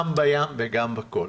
גם בים וגם בכול.